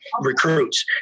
recruits